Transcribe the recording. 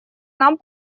нам